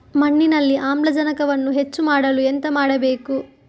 ಮಣ್ಣಿನಲ್ಲಿ ಆಮ್ಲಜನಕವನ್ನು ಹೆಚ್ಚು ಮಾಡಲು ಎಂತ ಮಾಡಬೇಕು?